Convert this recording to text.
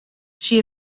she